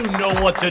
know what to do,